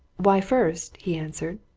why, first, he answered,